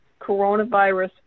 coronavirus